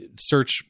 search